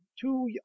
two